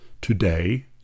today